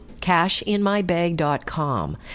cashinmybag.com